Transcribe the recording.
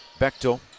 Bechtel